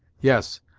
yes,